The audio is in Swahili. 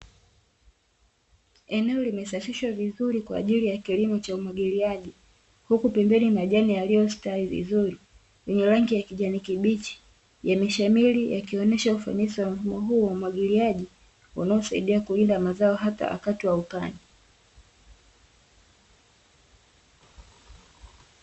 Eneo limesafishwa vizuri kwa ajili ya kilimo cha umwagiliaji, huku pembeni majani yaliyostawi vizuri, yenye rangi ya kijani kibichi, yameshamiri yakionesha ufanisi wa mfumo huo wa umwagiliaji unaosaidia kulinda mazao hata wakati wa ukame.